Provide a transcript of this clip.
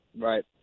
Right